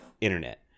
internet